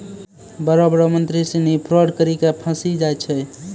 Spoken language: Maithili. बड़ो बड़ो मंत्री सिनी फरौड करी के फंसी जाय छै